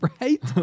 Right